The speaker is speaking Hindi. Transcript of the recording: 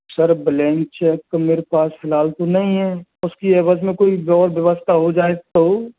सर ब्लैंक चेक तो मेरे पास फिलहाल तो नहीं है उसको एवज़ में कोई और व्यवस्था हो जाए तो